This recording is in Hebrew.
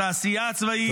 התעשייה הצבאית.